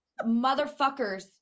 motherfuckers